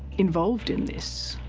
involved in this.